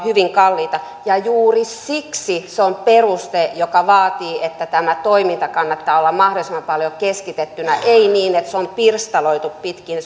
hyvin kalliita juuri siksi se on peruste joka vaatii että tämän toiminnan kannattaa olla mahdollisimman paljon keskitettynä ei niin että se on pirstaloitu pitkin